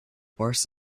worse